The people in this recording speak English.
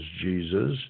Jesus